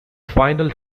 final